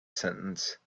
sentence